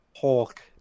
Hulk